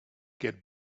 get